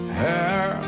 hair